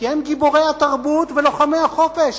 כי הם גיבורי התרבות ולוחמי החופש